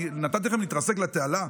נתתי לכם להתרסק לתעלה?